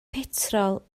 petrol